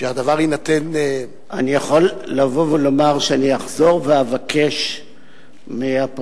שהדבר יינתן אני יכול לבוא ולומר שאני אחזור ואבקש מהפרקליטות,